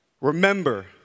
Remember